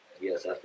Yes